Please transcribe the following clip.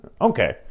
Okay